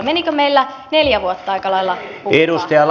menikö meillä neljä vuotta aika lailla hukkaan